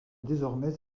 désormais